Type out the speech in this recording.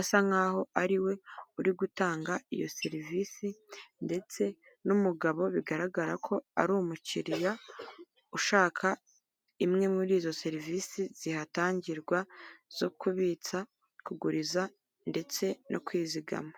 asa nkaho ariwe uri gutanga iyo serivisi ndetse n'umugabo bigaragara ko ari umukiriya ushaka imwe muri izo serivisi zihatangirwa zo kubitsa kuguriza ndetse no kwizigama.